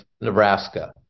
nebraska